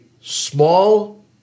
small